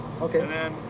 okay